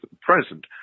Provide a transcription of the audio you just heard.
present